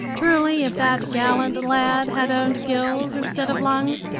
truly if that gallant lad had owned gills instead of lungs,